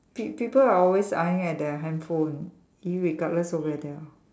peop~ people are always eyeing their handphone irregardless of whether